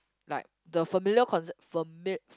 like the familiar concept